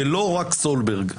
ולא רק סולברג,